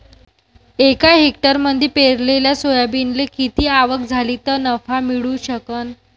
एका हेक्टरमंदी पेरलेल्या सोयाबीनले किती आवक झाली तं नफा मिळू शकन?